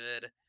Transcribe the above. good